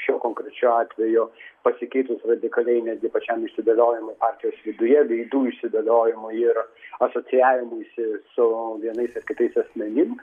šiuo konkrečiu atveju pasikeitus radikaliai netgi pačiam įsigaliojimui partijos viduje veidų įsigaliojimui ir asocijavimuisi su vienais ar kitais asmenim